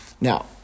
Now